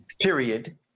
Period